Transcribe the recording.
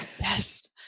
Yes